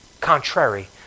contrary